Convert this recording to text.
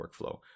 workflow